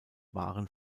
waren